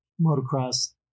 motocross